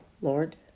Lord